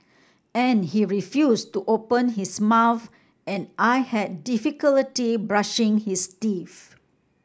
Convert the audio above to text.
and he refuse to open his mouth and I had brushing his teeth